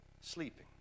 sleeping